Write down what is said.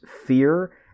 fear